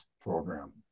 program